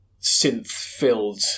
synth-filled